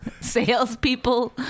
salespeople